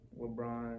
LeBron